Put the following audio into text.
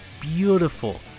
beautiful